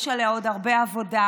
יש עליה עוד הרבה עבודה,